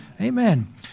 Amen